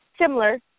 similar